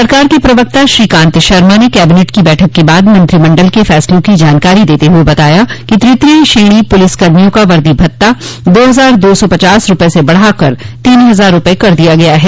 सरकार के प्रवक्ता श्रीकांत शर्मा ने कैबिनेट की बैठक के बाद मंत्रिमंडल के फैसलों की जानकारी देते हुए बताया कि तृतीय श्रेणी पुलिस कर्मियों का वर्दी भत्ता दो हजार दो सौ पचास रूपये से बढ़ाकर तीन हजार रूपये कर दिया गया है